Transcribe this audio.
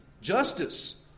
justice